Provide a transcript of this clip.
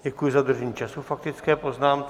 Děkuji za dodržení času k faktické poznámce.